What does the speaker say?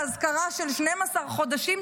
באזכרה של 12 חודשים,